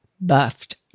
buffed